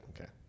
Okay